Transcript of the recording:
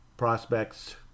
Prospects